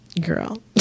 girl